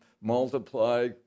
multiply